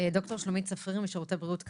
ד"ר שלומית צפריר משירותי בריאות כללית,